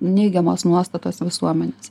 neigiamos nuostatos visuomenės